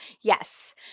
yes